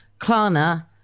Klarna